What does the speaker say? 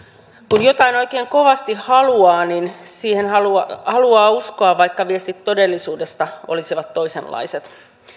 kun jotain oikein kovasti haluaa niin siihen haluaa uskoa vaikka viestit todellisuudesta olisivat toisenlaiset